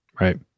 Right